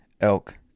Elk